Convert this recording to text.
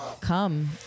come